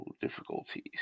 difficulties